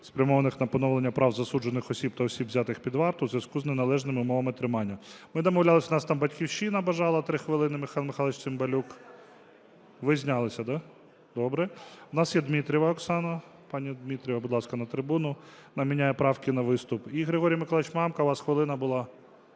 спрямованих на поновлення прав засуджених осіб та осіб, взятих під варту, у зв'язку з неналежними умовами тримання. Ми домовлялись, у нас там "Батьківщина" бажала, 3 хвилини, Михайло Михайлович Цимбалюк. Ви знялися, так? Добре. У нас є Дмитрієва Оксана. Пані Дмитрієва, будь ласка, на трибуну. Вона міняє правки на виступ. І Григорій Миколайович Мамка, у вас хвилина була.